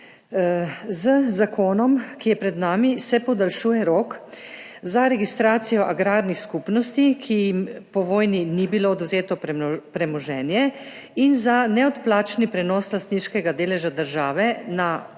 Z zakonom, ki je pred nami, se podaljšuje rok za registracijo agrarnih skupnosti, ki jim po vojni ni bilo odvzeto premoženje, in za neodplačni prenos lastniškega deleža države na člane